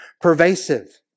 pervasive